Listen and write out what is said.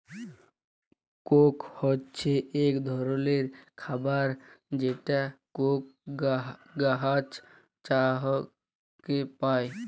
Coke হছে ইক ধরলের খাবার যেটা কোক গাহাচ থ্যাইকে পায়